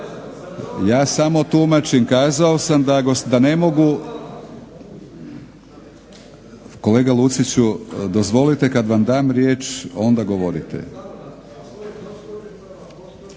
Ja samo tumačim, kazao sam da ne mogu. Kolega Luciću dozvolite kada vam dam riječ onda govorite.